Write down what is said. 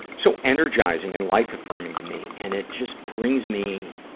so energizing and life-affirming to me. and it just brings me,